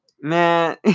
Man